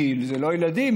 אלה לא ילדים,